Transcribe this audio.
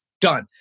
done